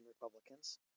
Republicans